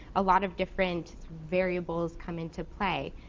a lot of different variables come into play.